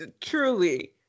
truly